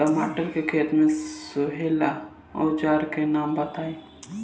टमाटर के खेत सोहेला औजर के नाम बताई?